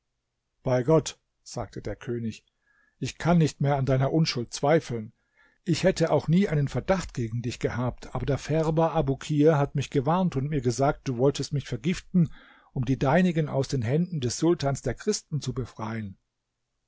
bei gott sagte der könig ich kann nicht mehr an deiner unschuld zweifeln ich hätte auch nie einen verdacht gegen dich gehabt aber der färber abukir hat mich gewarnt und mir gesagt du wolltest mich vergiften um die deinigen aus den händen des sultans der christen zu befreien